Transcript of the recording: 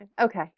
Okay